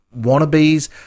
wannabes